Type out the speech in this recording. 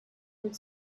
would